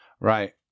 right